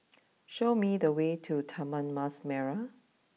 show me the way to Taman Mas Merah